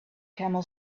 camel